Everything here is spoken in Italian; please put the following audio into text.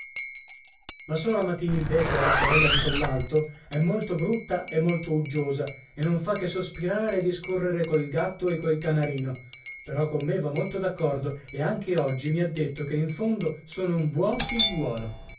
la sora matilde cioè la sorella di collalto è molto brutta e molto uggiosa e non fa che sospirare e discorrere col gatto e col canarino però con me va molto d'accordo e anche oggi mi ha detto che in fondo sono un buon figliolo